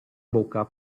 bocca